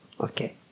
Okay